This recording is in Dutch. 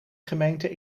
gemeente